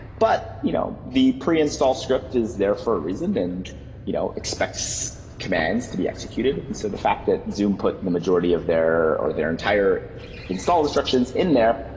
but you know the preinstall script is there for a reason and you know expects commands to be executed. and and so the fact that zoom put the majority of their or their entire install instructions in there,